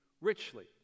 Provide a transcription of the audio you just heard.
richly